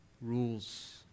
rules